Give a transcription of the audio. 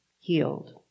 healed